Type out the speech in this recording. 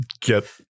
get